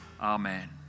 Amen